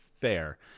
fair